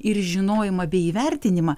ir žinojimą bei įvertinimą